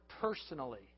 personally